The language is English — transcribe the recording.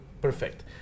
Perfect